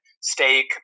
steak